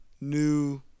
new